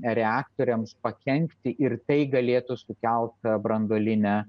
reaktoriams pakenkti ir tai galėtų sukelt branduolinę